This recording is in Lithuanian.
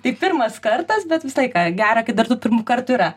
tai pirmas kartas bet visą laiką gera kai dar tų pirmų kartų yra